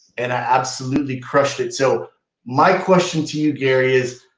and i absolutely crushed it. so my question to you gary is,